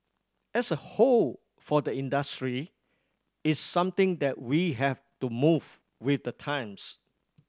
as a whole for the industry it's something that we have to move with the times